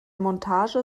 montage